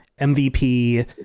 MVP